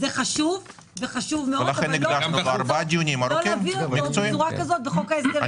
זה חשוב מאוד אבל לא צרך להביא אותו בצורה כזאת בחוק ההסדרים.